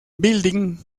building